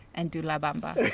and do la bamba.